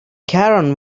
karen